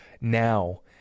now